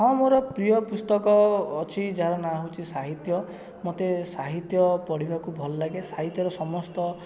ହଁ ମୋର ପ୍ରିୟ ପୁସ୍ତକ ଅଛି ଯାହାର ନାଁ ହେଉଛି ସାହିତ୍ୟ ମୋତେ ସାହିତ୍ୟ ପଢ଼ିବାକୁ ଭଲ ଲାଗେ ସାହିତ୍ୟର ସମସ୍ତ